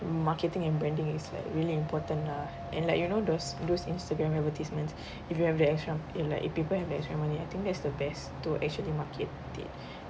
marketing and branding is like really important lah and like you know those those instagram advertisement if you have the extra if like if people have the extra money I think that's the best to actually market it